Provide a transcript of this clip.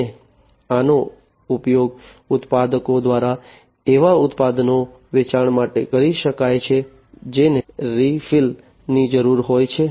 અને આનો ઉપયોગ ઉત્પાદકો દ્વારા એવા ઉત્પાદનો વેચવા માટે કરી શકાય છે જેને રિફિલ્સની જરૂર હોય છે